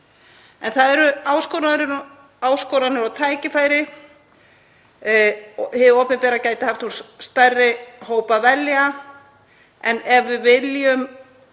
En það eru áskoranir og tækifæri. Hið opinbera gæti haft úr stærri hóp að velja, en ef við viljum